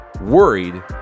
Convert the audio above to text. Worried